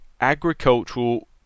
agricultural